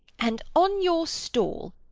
and, on your stall,